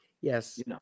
yes